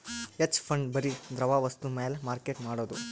hedge fund ಬರಿ ದ್ರವ ವಸ್ತು ಮ್ಯಾಲ ಮಾರ್ಕೆಟ್ ಮಾಡೋದು